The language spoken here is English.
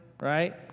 right